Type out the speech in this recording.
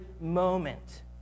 moment